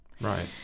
Right